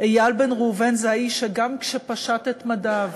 איל בן ראובן זה האיש שגם כשפשט את מדיו